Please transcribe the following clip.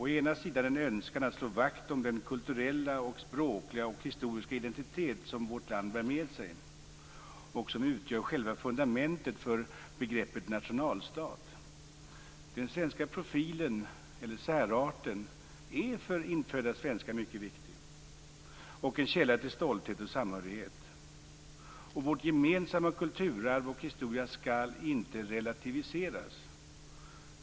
Å ena sidan finns en önskan att slå vakt om den kulturella, språkliga och historiska identitet som vårt land bär med sig och som utgör själva fundamentet för begreppet nationalstat. Den svenska profilen, särarten, är för infödda svenskar mycket viktig och en källa till stolthet och samhörighet. Vårt gemensamma kulturarv och historia skall inte relativiseras.